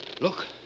Look